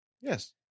Yes